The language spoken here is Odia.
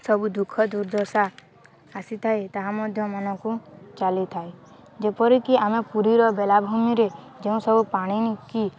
ସବୁ ଦୁଃଖ ଦୁର୍ଦଶା ଆସିଥାଏ ତାହା ମଧ୍ୟ ମନକୁ ଚାଲିଥାଏ ଯେପରିକି ଆମେ ପୁରୀର ବେଳାଭୂମିରେ ଯେଉଁ ସବୁ ପାଣିିକି